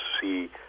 see